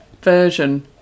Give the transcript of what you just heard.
version